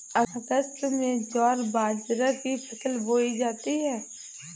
अगस्त में ज्वार बाजरा की फसल बोई जाती हैं